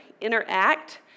interact